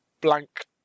blank